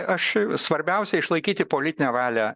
aš svarbiausia išlaikyti politinę valią